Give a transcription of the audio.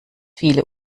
viele